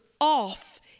off